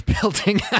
building